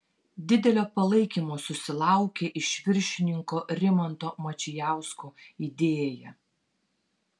didelio palaikymo susilaukė iš viršininko rimanto mačijausko idėja